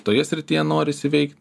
toje srityje norisi veikt